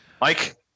Mike